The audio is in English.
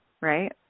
right